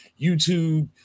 YouTube